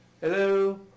Hello